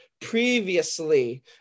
previously